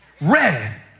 red